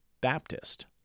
Baptist